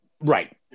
Right